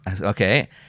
Okay